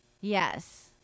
Yes